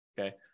okay